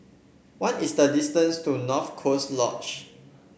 what is the distance to North Coast Lodge